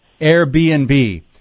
Airbnb